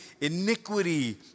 iniquity